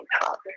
father